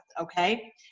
okay